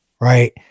right